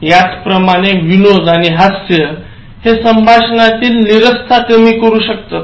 याचप्रमाणे विनोद आणि हास्य हे समभाषणातील नीरसता कमी करू शकतात